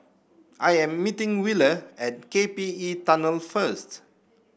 I am meeting Willa at K P E Tunnel first